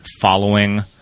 following